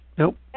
Nope